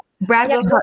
Brad